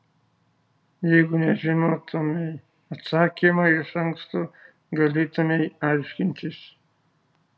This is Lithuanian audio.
jeigu nežinotumei atsakymo iš anksto galėtumei aiškintis